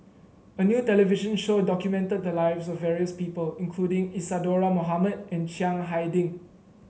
a new television show documented the lives of various people including Isadhora Mohamed and Chiang Hai Ding